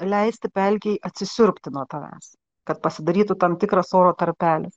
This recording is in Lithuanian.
leisti pelkei atsisiurbti nuo tavęs kad pasidarytų tam tikras oro tarpelis